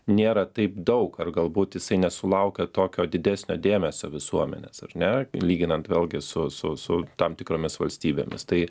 nėra taip daug ar galbūt jisai nesulaukia tokio didesnio dėmesio visuomenės ar ne lyginant vėlgi su su su tam tikromis valstybėmis tai